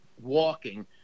walking